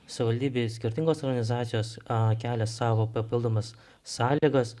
savivaldybėj skirtingos organizacijos a kelia savo papildomas sąlygas